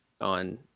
on